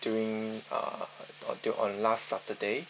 during uh on on last saturday